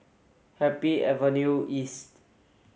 Happy Avenue East